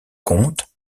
contes